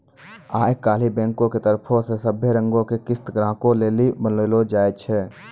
आई काल्हि बैंको के तरफो से सभै रंगो के किस्त ग्राहको लेली बनैलो जाय छै